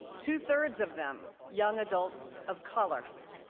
two thirds of them young adults of color.